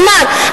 כלומר,